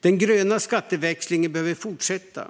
Den gröna skatteväxlingen behöver fortsätta.